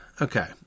okay